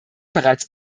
bereits